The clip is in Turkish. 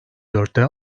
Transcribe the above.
dörtte